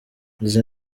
izi